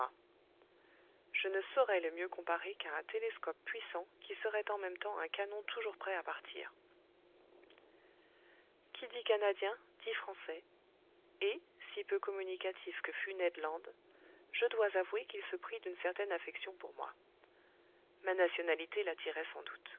je ne saurais le mieux comparer qu'à un télescope puissant qui serait en même temps un canon toujours prêt à partir qui dit canadien dit français et si peu communicatif que fût ned land je dois avouer qu'il se prit d'une certaine affection pour moi ma nationalité l'attirait sans doute